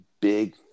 big